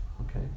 okay